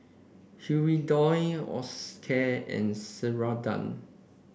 Hirudoid Osteocare and Ceradan